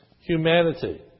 humanity